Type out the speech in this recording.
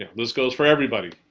this goes for everybody.